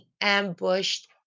ambushed